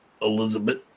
Elizabeth